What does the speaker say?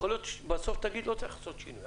יכול להיות שבסוף תגיד שלא צריך לעשות שינוי,